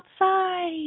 outside